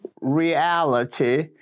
reality